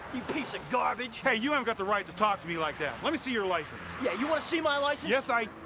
you piece of garbage. hey, you haven't and got the right to talk to me like that. let me see your license. yeah, you wanna see my license? yes, i